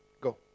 Go